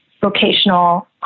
vocational